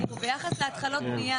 ביחס להתחלות בנייה,